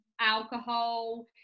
alcohol